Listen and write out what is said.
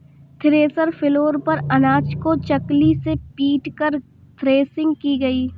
thresher floor पर अनाज को चकली से पीटकर थ्रेसिंग की गई